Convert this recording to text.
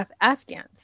Afghans